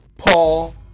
Paul